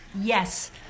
Yes